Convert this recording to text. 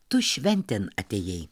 tu šventėn atėjai